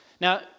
Now